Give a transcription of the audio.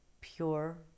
pure